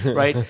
right?